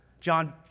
John